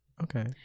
okay